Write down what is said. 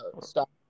Stop